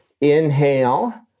Inhale